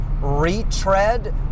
retread